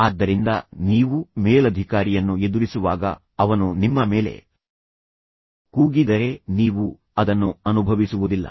ಆದ್ದರಿಂದ ನೀವು ಮೇಲಧಿಕಾರಿಯನ್ನು ಎದುರಿಸುವಾಗ ಅವನು ನಿಮ್ಮ ಮೇಲೆ ಕೂಗಿದರೆ ನೀವು ಅದನ್ನು ಅನುಭವಿಸುವುದಿಲ್ಲ